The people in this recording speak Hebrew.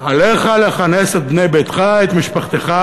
עליך לכנס את בני ביתך, את משפחתך,